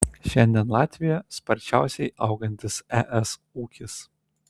šiandien latvija sparčiausiai augantis es ūkis